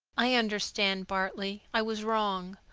i understand, bartley. i was wrong.